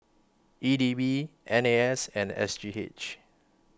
E D B N A S and S G H